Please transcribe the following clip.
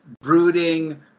brooding